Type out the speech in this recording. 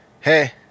Hey